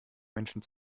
menschen